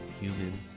human